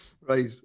Right